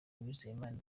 uwizeyimana